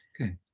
Okay